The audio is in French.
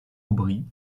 aubry